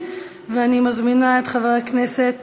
אני מזמינה את חבר הכנסת